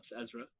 Ezra